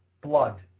blood